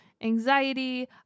anxiety